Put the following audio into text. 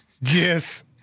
Yes